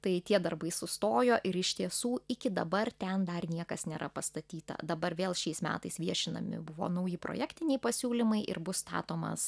tai tie darbai sustojo ir iš tiesų iki dabar ten dar niekas nėra pastatyta dabar vėl šiais metais viešinami buvo nauji projektiniai pasiūlymai ir bus statomas